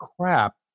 crap